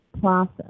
process